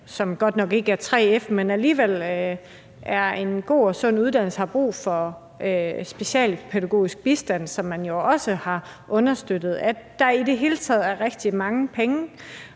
som godt nok ikke er som 3 F'er, men alligevel er en god og sund uddannelse, som har brug for specialpædagogisk bistand, som man jo også har understøttet, og der er i det hele taget rigtig mange penge